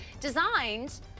Designed